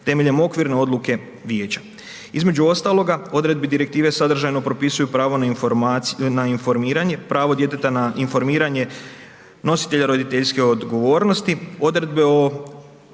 temeljem okvirne odluke vijeća. Između ostaloga, odredbe direktive sadržajno propisuju pravo na informiranje, pravo djeteta na informiranje nositelja roditeljske odgovornost, odredbi o